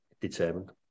determined